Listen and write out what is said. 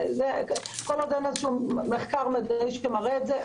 כל עוד אין מחקר מדעי שמראה את זה,